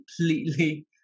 completely